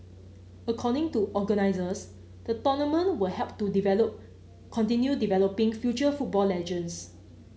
according to organizers the tournament will help to develop continue developing future football legends